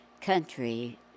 country